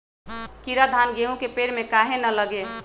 कीरा धान, गेहूं के पेड़ में काहे न लगे?